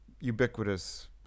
ubiquitous